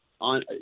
on